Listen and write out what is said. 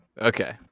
Okay